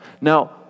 Now